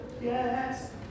yes